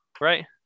right